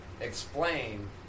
explain